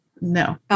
No